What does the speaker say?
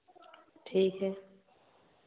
ठीक है